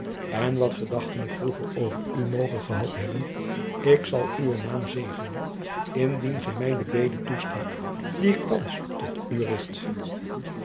en wat gedachten ik vroeger over u moge gehad hebben ik jacob van lennep elizabeth musch zal uwen naam zegenen indien gy my de bede toestaat die ik thands tot